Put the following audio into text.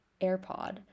AirPod